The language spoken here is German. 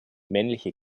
männliche